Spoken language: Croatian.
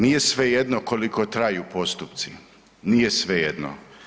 Nije svejedno koliko traju postupci, nije svejedno.